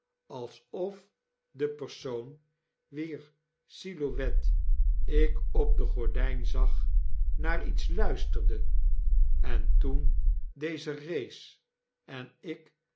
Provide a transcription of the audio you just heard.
aisof de persoon wier silhouette ik op de gordjjn zag naar iets luisterde en toen deze rees en ik